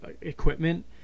equipment